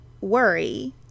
worry